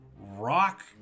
rock